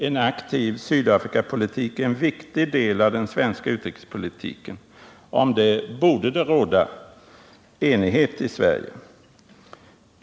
En aktiv Sydafrikapolitik är en viktig del av den svenska utrikespolitiken och om den borde det råda enighet i Sverige.